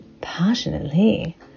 passionately